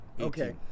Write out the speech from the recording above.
Okay